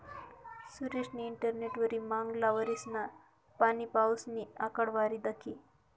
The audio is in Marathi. सुरेशनी इंटरनेटवरी मांगला वरीसना पाणीपाऊसनी आकडावारी दखी